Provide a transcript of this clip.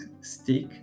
stick